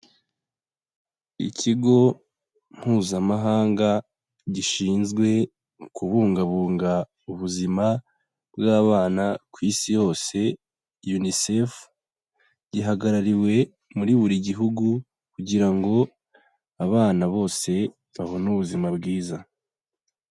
Ikigo Mpuzamahanga Gishinzwe kubungabunga ubuzima bw'abana ku Isi yose UNICEF, gihagarariwe muri buri gihugu kugira ngo abana bose babone ubuzima bwiza.